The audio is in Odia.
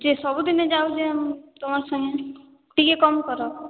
ସେ ସବୁଦିନ ଯାଉଛେ ତୁମ ସାଙ୍ଗେ ଟିକେ କମ କର